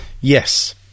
Yes